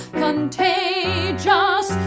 contagious